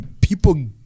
people